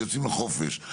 יוצאים לחופש,